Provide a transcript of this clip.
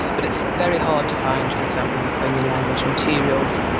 but it's very hard to find, for example, ukrainian language materials,